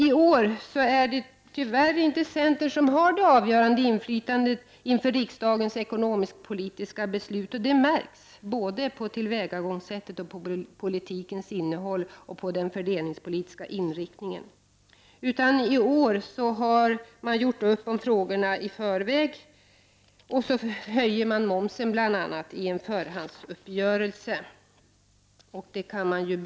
I år har tyvärr inte centern något avgörande inflytande på riksdagens ekonomisk-politiska beslut och det märks, såväl på tillvägagångssättet som på politikens innehåll och den fördelningspolitiska inriktningen. I år har man gjort upp i förväg och man har i en förhandsuppgörelse beslutat att momsen skall höjas.